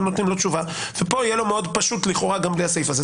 לא נותנים תשובה יהיה לו מאוד פשוט לכאורה גם בלי הסעיף הזה.